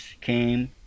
came